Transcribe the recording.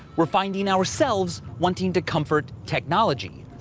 we're finding ourselves wanting to comfort technology.